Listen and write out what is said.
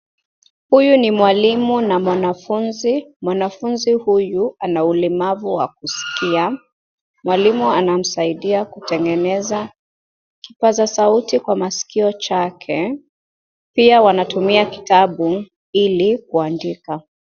Huyu ni mwalimu na mwanafunzi. Mwanafunzi huyu ana ulemavu wa kusikia. Mwalimu anamsaidia kutengeneza kipaza sauti kwa masikio chake. Pia wanatumia kitabu ili kuandika.